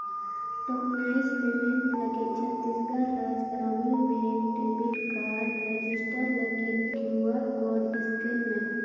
tokenised payment ᱞᱟᱹᱜᱤᱫ Chhattisgarh Raj Gramin bank debit card register ᱞᱟᱹᱜᱤᱫ QR code scan ᱢᱮ